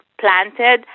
planted